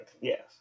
yes